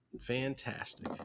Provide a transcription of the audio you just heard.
Fantastic